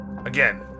Again